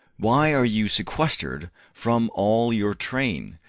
why are you sequest'red from all your train,